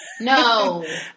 no